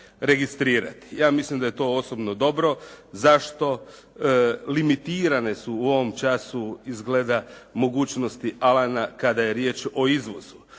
Ja mislim da je to osobno dobro. Zašto? Limitirane su u ovom času izgleda mogućnosti "Alana" kada je riječ o izvozu.